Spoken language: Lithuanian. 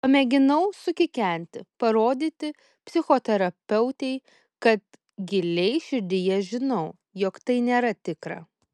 pamėginau sukikenti parodyti psichoterapeutei kad giliai širdyje žinau jog tai nėra tikra